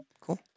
Cool